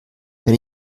wenn